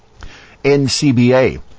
NCBA